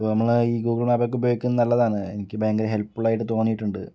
അപ്പോൾ നമ്മൾ ഈ ഗൂഗിൾ മാപ് ഒക്കെ ഉപയോഗിക്കുന്നത് നല്ലതാണ് എനിക്ക് ഭയങ്കര ഹെല്പ്ഫുള്ളായിട്ട് തോന്നിയിട്ടുണ്ട്